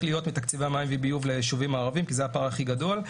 מתקציב המים וביוב הולך להיות ליישובים הערביים כי זה הפער הכי גדול.